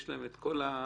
יש להם את כל המנדט,